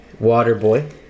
Waterboy